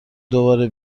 دوباره